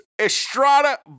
Estrada